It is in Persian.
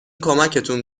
کمکتون